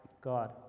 God